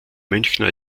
münchner